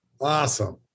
Awesome